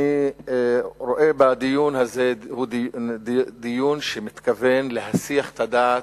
אני רואה בדיון הזה דיון שמתכוון להסיח את הדעת,